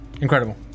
incredible